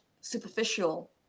superficial